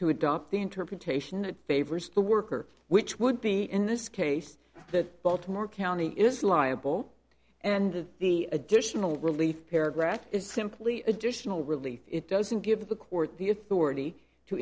to adopt the interpretation that favors the worker which would be in this case that baltimore county is liable and the additional relief paragraph is simply additional relief it doesn't give the court the authority to